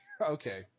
Okay